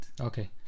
okay